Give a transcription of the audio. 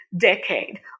decade